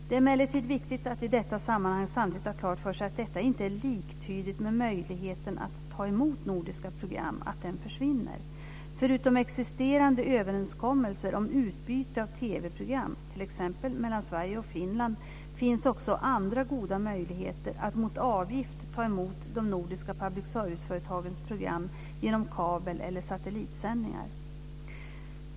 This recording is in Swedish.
Det är emellertid viktigt att i detta sammanhang samtidigt ha klart för sig att detta inte är liktydigt med att möjligheten att ta emot nordiska program försvinner. Förutom existerande överenskommelser om utbyte av TV-program, t.ex. mellan Sverige och Finland, finns också andra goda möjligheter att mot avgift ta emot de nordiska public service-företagens program genom kabel eller satellitsändningar.